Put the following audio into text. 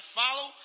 follow